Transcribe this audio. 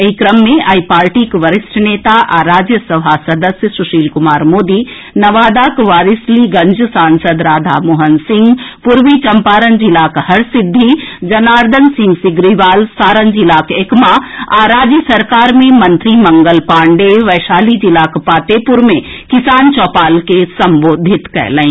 एहि क्रम मे आई पार्टीक वरिष्ठ नेता आ राज्यसभा सदस्य सुशील कुमार मोदी नवादाक वारिसलीगंज सांसद राधा मोहन सिंह पूर्वी चंपारण जिलाक हरसिद्धि जर्नादन सिंह सिग्रीवाल सारण जिलाक एकमा आ राज्य सरकार मे मंत्री मंगल पाण्डेय वैशाली जिलाक पातेपुर मे किसान चौपाल के संबोधित कएलनि